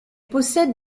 possède